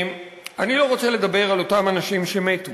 אני לא רוצה לדבר על אותם אנשים שמתו